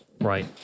Right